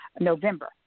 November